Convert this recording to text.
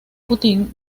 putin